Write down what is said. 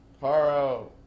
Haro